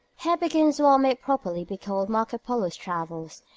here begins what may properly be called marco polo's travels.